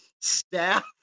staff